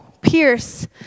pierce